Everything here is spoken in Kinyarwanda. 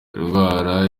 indwara